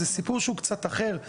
זה סיפור שהוא קצת אחר.